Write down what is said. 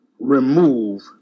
remove